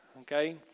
okay